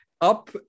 up